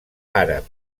àrab